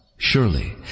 Surely